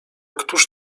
któż